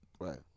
Right